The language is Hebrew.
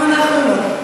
גם אנחנו לא.